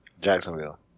Jacksonville